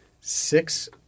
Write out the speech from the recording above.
six